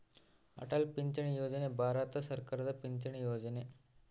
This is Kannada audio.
ಅಟಲ್ ಪಿಂಚಣಿ ಯೋಜನೆ ಭಾರತ ಸರ್ಕಾರದ ಪಿಂಚಣಿ ಯೊಜನೆ